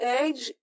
age